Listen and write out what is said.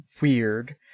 weird